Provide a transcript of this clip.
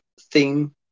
theme